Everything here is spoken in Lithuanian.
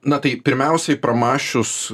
na tai pirmiausiai pramąsčius